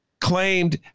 claimed